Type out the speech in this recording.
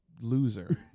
loser